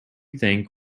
think